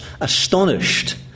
astonished